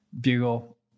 bugle